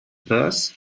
purse